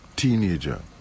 Teenager